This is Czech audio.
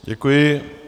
Děkuji.